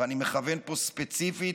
ואני מכוון פה ספציפית,